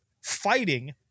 fighting